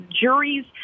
juries